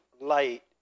light